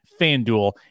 FanDuel